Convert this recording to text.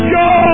go